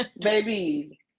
baby